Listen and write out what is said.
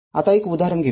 आता एक उदाहरण घेऊ